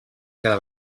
cada